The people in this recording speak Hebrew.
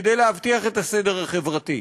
כדי להבטיח את הסדר החברתי.